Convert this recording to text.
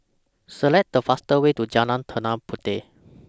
Select The faster Way to Jalan Tanah Puteh